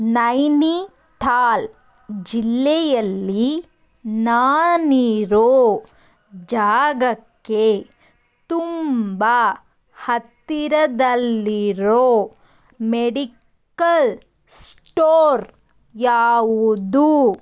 ನೈನಿತಾಲ್ ಜಿಲ್ಲೆಯಲ್ಲಿ ನಾನಿರೋ ಜಾಗಕ್ಕೆ ತುಂಬ ಹತ್ತಿರದಲ್ಲಿರೋ ಮೆಡಿಕಲ್ ಸ್ಟೋರ್ ಯಾವುದು